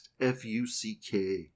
f-u-c-k